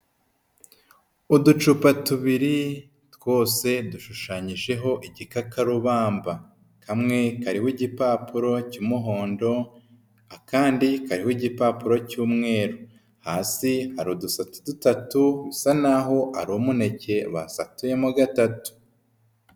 Uducupa tubiri twose dushushanyijeho igikakarubamba, kamwe kariho igipapuro cy'umuhondo, akandi kariho igipapuro cy'umweru, hasi hari udusate dutatu bisa naho ari umunekeye basatuyemo gatatu.